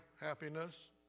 happiness